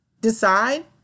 decide